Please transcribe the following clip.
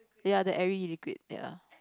ya the Airy liquid ya